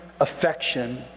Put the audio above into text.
affection